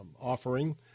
offering